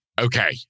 Okay